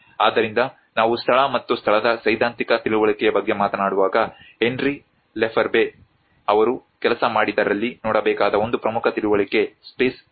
ಆದ್ದರಿಂದ ನಾವು ಸ್ಥಳ ಮತ್ತು ಸ್ಥಳದ ಸೈದ್ಧಾಂತಿಕ ತಿಳುವಳಿಕೆಯ ಬಗ್ಗೆ ಮಾತನಾಡುವಾಗ ಹೆನ್ರಿ ಲೆಫೆಬ್ರೆ ಅವರು ಕೆಲಸ ಮಾಡಿದರಲ್ಲಿ ನೋಡಬೇಕಾದ ಒಂದು ಪ್ರಮುಖ ತಿಳುವಳಿಕೆ ಸ್ಪೇಸ್ ಉತ್ಪಾದನೆ